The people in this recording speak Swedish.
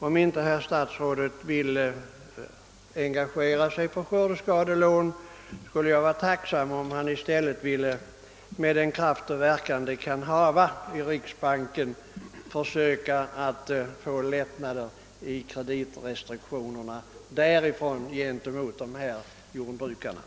Om inte herr statsrådet vill engagera sig för skördeskadelån, skulle jag vara tacksam om han i stället ville, med den kraft och verkan det hava kan, hos riksbanken försöka utverka lättnader i dess kreditrestriktioner mot dessa jordbrukare.